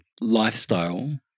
lifestyle